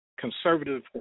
conservative